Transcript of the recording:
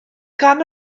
gan